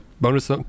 bonus